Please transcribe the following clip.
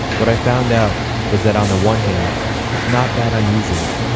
what i found out was that on the one hand it's not that unusual.